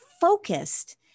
focused